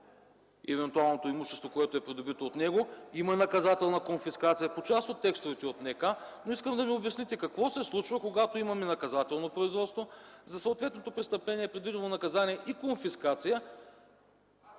евентуалното имущество, придобито от него – има наказателна конфискация по част от текстовете от НК. Искам да ми обясните: какво се случва, когато имаме наказателно производство за съответното престъпление, предвидено наказание и конфискация?